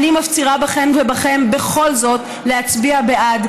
אני מפצירה בכן ובכם בכל זאת להצביע בעד,